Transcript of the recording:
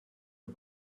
you